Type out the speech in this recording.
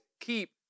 keep